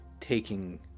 taking